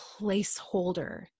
placeholder